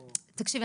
תקשיבי,